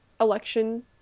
Election